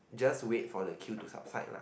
just wait for the queue to subside lah